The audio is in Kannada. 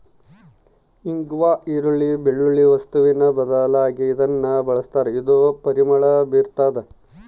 ಇಂಗ್ವಾ ಈರುಳ್ಳಿ, ಬೆಳ್ಳುಳ್ಳಿ ವಸ್ತುವಿನ ಬದಲಾಗಿ ಇದನ್ನ ಬಳಸ್ತಾರ ಇದು ಪರಿಮಳ ಬೀರ್ತಾದ